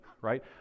right